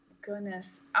goodness